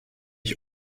ich